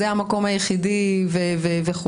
זה המקום היחיד וכו'.